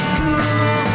cool